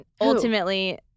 ultimately